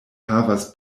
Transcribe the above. havas